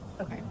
Okay